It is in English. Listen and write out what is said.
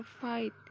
fight